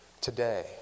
today